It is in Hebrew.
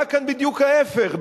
קרה כאן בדיוק ההיפך,